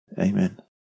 amen